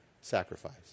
sacrifice